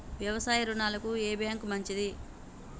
వ్యవసాయ రుణాలకు ఏ బ్యాంక్ మంచిది?